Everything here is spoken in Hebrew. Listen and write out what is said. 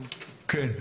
כן,